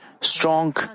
strong